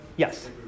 Yes